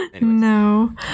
No